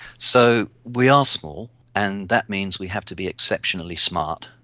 so we are small and that means we have to be exceptionally smart,